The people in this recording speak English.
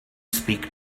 speak